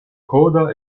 coda